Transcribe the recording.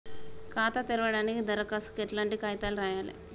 ఖాతా తెరవడానికి దరఖాస్తుకు ఎట్లాంటి కాయితాలు రాయాలే?